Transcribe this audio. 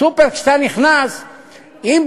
בסופר כשאתה נכנס אליו,